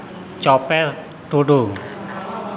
ᱪᱚᱯᱮ ᱴᱩᱰᱩ